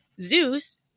Zeus